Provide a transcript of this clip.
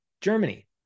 Germany